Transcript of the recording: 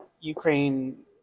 Ukraine